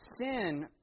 Sin